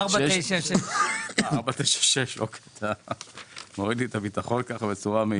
אני מודה לכם על הבדיקה שעשיתם כדי להוציא את החשש שהיה כאן.